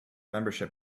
membership